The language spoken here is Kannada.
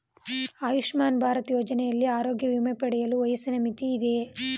ಆಯುಷ್ಮಾನ್ ಭಾರತ್ ಯೋಜನೆಯಲ್ಲಿ ಆರೋಗ್ಯ ವಿಮೆ ಪಡೆಯಲು ವಯಸ್ಸಿನ ಮಿತಿ ಇದೆಯಾ?